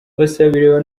bosebabireba